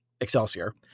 Excelsior